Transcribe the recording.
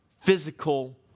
physical